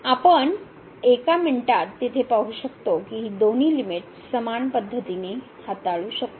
आणि आपण एका मिनिटात तेथे पाहू शकतो की ही दोन्ही लिमिट समान पद्धतीने हाताळू शकते